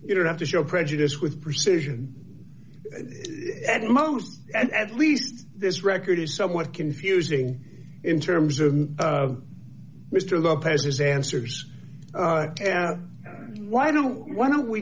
you don't have to show prejudice with precision at most and at least this record is somewhat confusing in terms of mr lopez's answers why don't why don't we